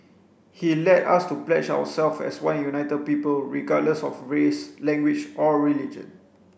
he led us to pledge as one united people regardless of race language or religion